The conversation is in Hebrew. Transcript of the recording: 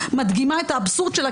מדגימה את האבסורד שלה,